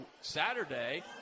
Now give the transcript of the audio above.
saturday